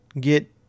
get